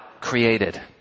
created